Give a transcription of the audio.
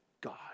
God